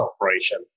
operation